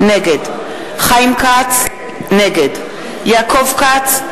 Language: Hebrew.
נגד חיים כץ, נגד יעקב כץ,